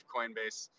Coinbase